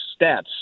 stats